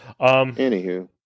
Anywho